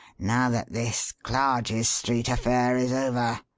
now that this clarges street affair is over.